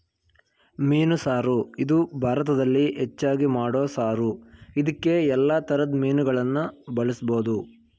ಮೀನು ಸಾರು ಇದು ಭಾರತದಲ್ಲಿ ಹೆಚ್ಚಾಗಿ ಮಾಡೋ ಸಾರು ಇದ್ಕೇ ಯಲ್ಲಾ ತರದ್ ಮೀನುಗಳನ್ನ ಬಳುಸ್ಬೋದು